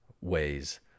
ways